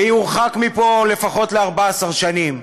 ויורחק מפה לפחות ל-14 שנים.